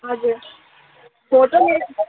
हजुर